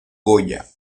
goya